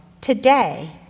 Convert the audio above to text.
today